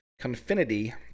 Confinity